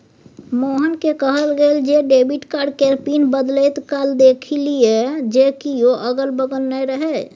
मोहनकेँ कहल गेल जे डेबिट कार्ड केर पिन बदलैत काल देखि लिअ जे कियो अगल बगल नै रहय